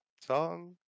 song